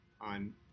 on